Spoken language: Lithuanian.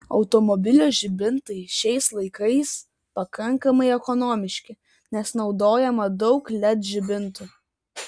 automobilio žibintai šiais laikais pakankamai ekonomiški nes naudojama daug led žibintų